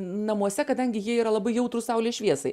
namuose kadangi jie yra labai jautrūs saulės šviesai